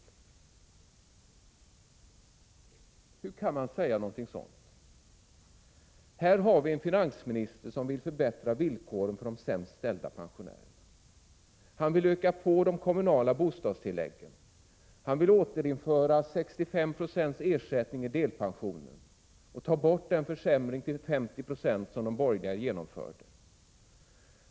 Hur kan man säga någonting sådant? Här har vi en finansminister som vill förbättra villkoren för de sämst ställda pensionärerna. Han vill öka på de kommunala bostadstilläggen. Han vill återinföra 65 96 ersättning i delpensionen och ta bort den försämring till 50 26 som de borgerliga genomförde.